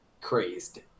crazed